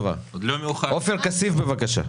עופר כסיף, בבקשה.